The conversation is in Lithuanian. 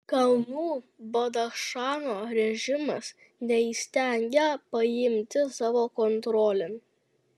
kalnų badachšano režimas neįstengia paimti savo kontrolėn